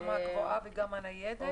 גם הקבועה וגם הניידת?